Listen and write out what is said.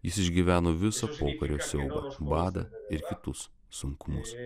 jis išgyveno visą pokario siaubą badą ir kitus sunkumus